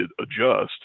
adjust